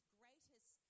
greatest